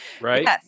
Right